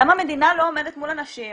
למה המדינה לא עומדת מול אנשים